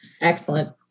Excellent